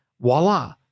voila